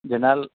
జనాలు